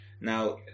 Now